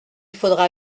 faudra